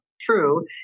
true